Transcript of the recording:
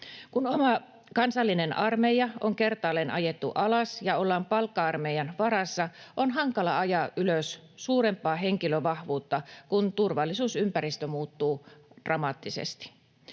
Kun oma kansallinen armeija on kertaalleen ajettu alas ja ollaan palkka-armeijan varassa, on hankala ajaa ylös suurempaa henkilövahvuutta, kun turvallisuusympäristö muuttuu dramaattisesti.